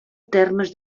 termes